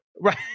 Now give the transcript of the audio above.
Right